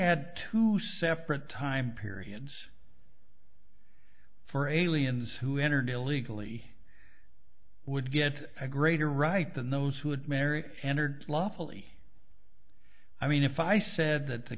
had to separate time periods for a daily ins who entered illegally would get a greater right than those who would marry entered lawfully i mean if i said that the